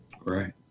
Right